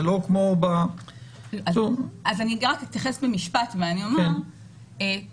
זה לא כמו --- אני אתייחס במשפט ואומר שקודם